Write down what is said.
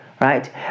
right